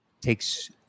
Takes